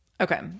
Okay